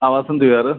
ആ വസന്ത് വിഹാറ്